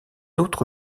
autre